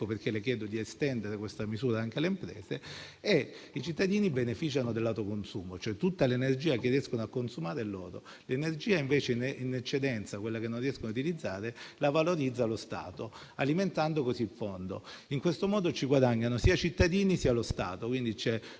questo le chiedo di estendere questa misura anche alle imprese. E i cittadini beneficiano dell'autoconsumo, cioè tutta l'energia che riescono a consumare è loro. L'energia invece in eccedenza, quella che non riescono a utilizzare, la valorizza lo Stato, alimentando così il Fondo. In questo modo ci guadagnano sia i cittadini sia lo Stato, con